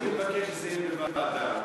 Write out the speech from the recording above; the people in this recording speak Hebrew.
אני מבקש שזה יהיה בוועדה.